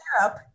syrup